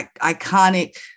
iconic